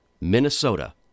Minnesota